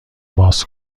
باز